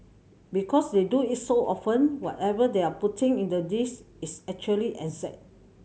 because they do it so often whatever they are putting in the dish is actually exact